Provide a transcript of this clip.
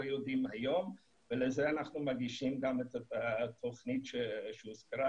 יודעים היום ולזה אנחנו מגישים גם את התוכנית שהוזכרה,